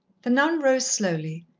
the nun rose slowly,